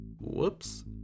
Whoops